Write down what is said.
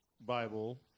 Bible